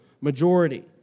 majority